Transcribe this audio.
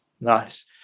nice